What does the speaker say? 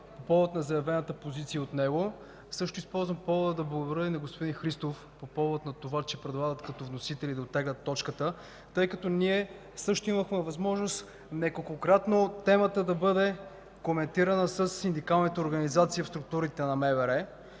по повод на заявената позиция от него. Също използвам повода да благодаря и на господин Христов по повод на това, че предлага като вносители да оттеглят точката. Ние също имахме възможност неколкократно темата да бъде коментирана със синдикалните организации в структурите на МВР.